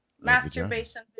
masturbation